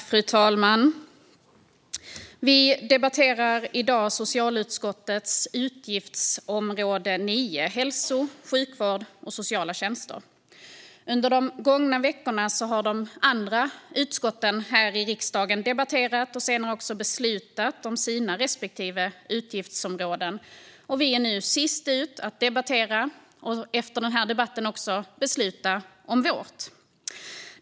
Fru talman! Vi debatterar i dag socialutskottets betänkande om utgiftsområde 9 Hälsovård, sjukvård och social omsorg . Under de gångna veckorna har de andra utskotten i riksdagen debatterat och beslutat om sina respektive utgiftsområden. Vi är nu sist ut att debattera och efter debatten också besluta om vårt.